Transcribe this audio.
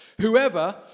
whoever